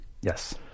Yes